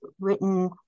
written